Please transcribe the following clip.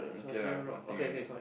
okay lah nothing already